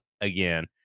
again